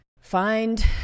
find